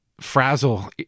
frazzle